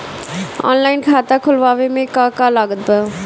Online खाता खुलवावे मे का का लागत बा?